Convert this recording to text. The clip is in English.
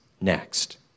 next